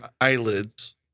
eyelids